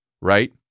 Right